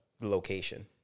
location